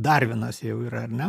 dar vienas jau yra ar ne